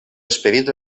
esperit